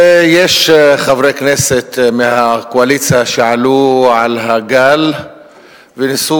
ויש חברי כנסת מהקואליציה שעלו על הגל וניסו